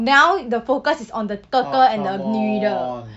now the focus is on the 哥哥 and the 女的